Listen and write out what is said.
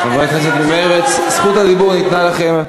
חברי הכנסת ממרצ, זכות הדיבור ניתנה לכם.